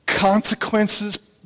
consequences